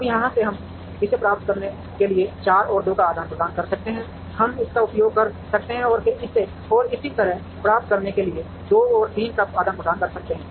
अब यहां से हम इसे प्राप्त करने के लिए 4 और 2 का आदान प्रदान कर सकते हैं हम इसका उपयोग कर सकते हैं और फिर इसे और इसी तरह प्राप्त करने के लिए 2 और 3 का आदान प्रदान कर सकते हैं